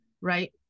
right